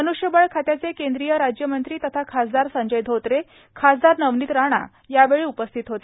मनूष्य बळ खात्याचे केंद्रीय राज्यमंत्री तथा खासदार संजय धोत्रे खासदार नवनित रवि राणा यावेळी उपस्थित होते